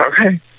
okay